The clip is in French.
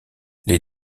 les